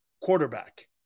Quarterback